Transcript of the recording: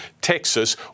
Texas